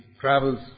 travels